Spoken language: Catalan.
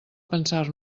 pensar